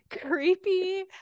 creepy